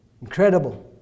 incredible